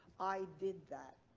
i did that.